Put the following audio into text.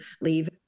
leave